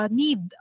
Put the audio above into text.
need